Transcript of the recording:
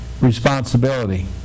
responsibility